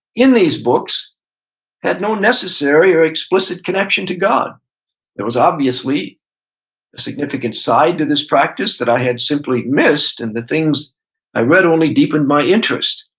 in these books had no necessary or explicit connection to god there was obviously a significant side to this practice that i had simply missed and the things i read only deepened my interest.